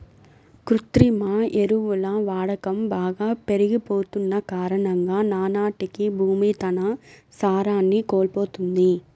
కృత్రిమ ఎరువుల వాడకం బాగా పెరిగిపోతన్న కారణంగా నానాటికీ భూమి తన సారాన్ని కోల్పోతంది